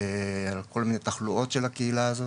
על כל מיני תחלואות של הקהילה הזאת.